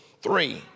three